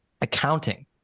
accounting